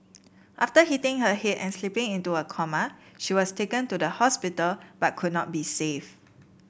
after hitting her head and slipping into a coma she was taken to the hospital but could not be saved